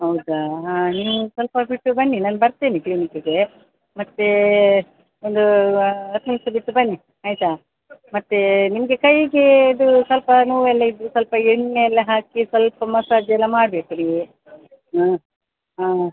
ಹೌದಾ ಹಾಂ ನೀವು ಸ್ವ ಲ್ಪ ಬಿಟ್ಟು ಬನ್ನಿ ನಾನು ಬರ್ತೇನೆ ಕ್ಲಿನಿಕ್ಕಿಗೆ ಮತ್ತು ಒಂದು ಹತ್ತು ನಿಮಿಷ ಬಿಟ್ಟು ಬನ್ನಿ ಆಯಿತಾ ಮತ್ತು ನಿಮಗೆ ಕೈಗೆ ಇದು ಸ್ವಲ್ಪ ನೋವೆಲ್ಲ ಇದು ಸ್ವಲ್ಪ ಎಣ್ಣೆಯೆಲ್ಲ ಹಾಕಿ ಸ್ವಲ್ಪ ಮಸಾಜ್ ಎಲ್ಲ ಮಾಡಬೇಕು ನೀವು ಹಾಂ ಹಾಂ